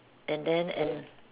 and then and